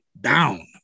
down